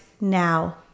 now